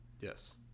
Yes